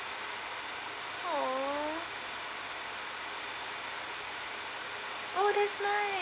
oh oh that's nice